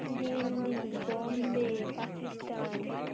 Delhi Bombay Pakistan